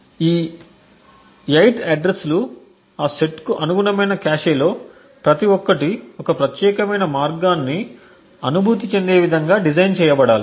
ఈ 8 అడ్రస్లు ఆ సెట్కు అనుగుణమైన కాష్లో ప్రతి ఒక్కటి ఒక ప్రత్యేకమైన మార్గాన్ని అనుభూతి చెందే విధంగా డిజైన్ చేయబడాలి